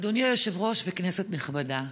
אדוני היושב-ראש וכנסת נכבדה,